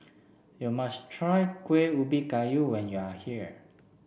you must try Kuih Ubi Kayu when you are here